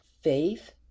faith